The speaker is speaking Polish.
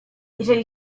jeżeli